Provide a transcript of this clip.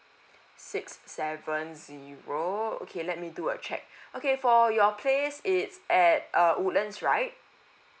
six seven zero okay let me do a check okay for your place it's at uh woodlands right